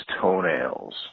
toenails